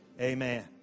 Amen